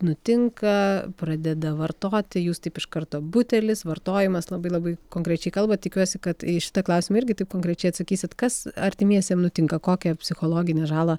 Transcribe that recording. nutinka pradeda vartoti jūs taip iš karto butelis vartojamis labai labai konkrečiai kalbat tikiuosi kad į šitą klausimą irgi taip konkrečiai atsakysit kas artimiesiem nutinka kokią psichologinę žalą